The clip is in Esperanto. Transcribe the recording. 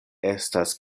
estas